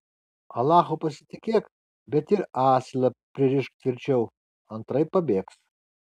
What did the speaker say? alachu pasitikėk bet ir asilą pririšk tvirčiau antraip pabėgs